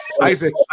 Isaac